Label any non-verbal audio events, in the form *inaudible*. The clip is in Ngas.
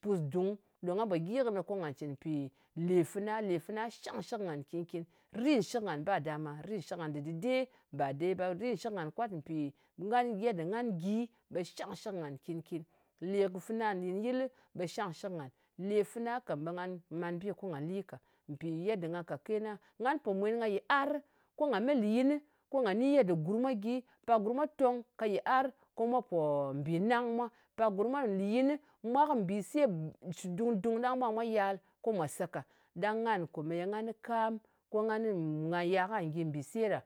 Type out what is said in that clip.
Pusdung ɗo nga pò gyi kɨnɨ ko nga cɨn mpì lè fɨna. Lè fɨna shangshɨk ngan nkin-kin. Rit nshɨk ngan ba dama. Ritshɨk ngan dɨ dɨɗe ba de ba. Rit nshɨk ngan kwat mpì yeda ngan gyi, ɓe shangnshɨk nkin-kin. Lè fɨna nɗin yɨl, ɓe shangshɨk ngàn. Lè fɨna kàm ɓe ngà man bi ko nga li ka. Mpi yedda nga ka kena. Nga pò mwen ka yɨar, ko nga me lɨying ko nga ni yedda gurm mwa gyi. Pak gurm mwa tong ka yɨar, ko mwa pò mbì nang mwa. Pak gurm mwa lɨ yinɨ. Mwa kɨ mbise dung-dung ɗang mwa *hesitation* ɓe mwa yal ko mwa se ka. Ɗang ngan ye ngan kɨ kam, ko *hesitation* nga yal kà gyi mbise ɗa